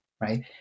right